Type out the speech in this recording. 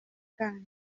bwanyu